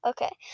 Okay